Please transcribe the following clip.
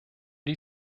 die